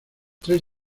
tres